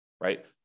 right